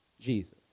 Jesus